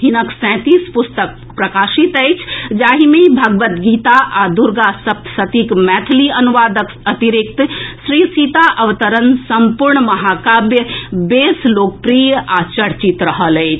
हिनक सैंतीस पुस्तक प्रकाशित अछि जाहि मे भगवद् गीता आ दुर्गासप्तशतीक मैथिली अनुवादक अतिरिक्त श्रीसीताअवतरण सम्पूर्ण महाकाव्य बेस लोकप्रिय आ चर्चित रहल अछि